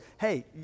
hey